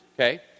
okay